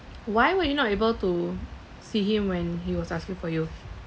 why would you not able to see him when he was asking for you